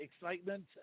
excitement